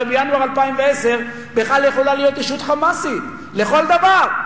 הרי בינואר 2012 בכלל יכולה להיות ישות "חמאסית" לכל דבר.